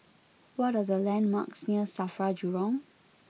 what are the landmarks near Safra Jurong